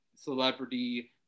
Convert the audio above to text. celebrity